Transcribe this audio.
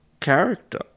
character